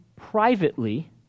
privately